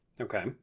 Okay